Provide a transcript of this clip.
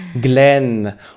Glenn